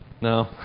No